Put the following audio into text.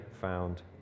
found